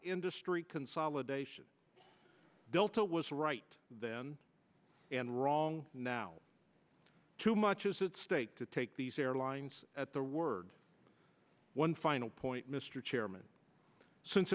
industry consolidation delta was right then and wrong now too much is at stake to take these airlines at their word one final point mr chairman since